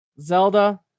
Zelda